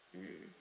mm